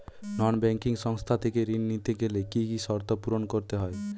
নন banking সংস্থা থেকে ঋণ নিতে গেলে কি কি শর্ত পূরণ করতে হয়?